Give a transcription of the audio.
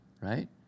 right